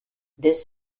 this